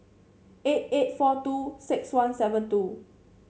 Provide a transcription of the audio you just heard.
eight eight four two six one seven two